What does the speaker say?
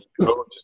Go